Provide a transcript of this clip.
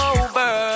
over